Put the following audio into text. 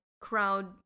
crowd